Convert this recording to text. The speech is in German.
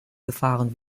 gefahren